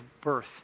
birth